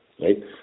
right